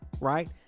right